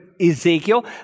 Ezekiel